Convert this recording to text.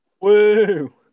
Woo